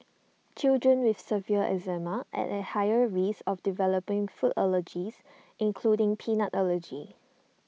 children with severe eczema are at higher risk of developing food allergies including peanut allergy